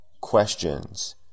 questions